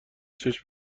چشم